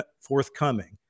forthcoming